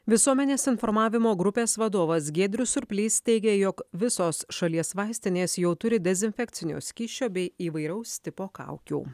visuomenės informavimo grupės vadovas giedrius surplys teigė jog visos šalies vaistinės jau turi dezinfekcinio skysčio bei įvairaus tipo kaukių